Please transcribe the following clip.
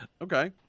Okay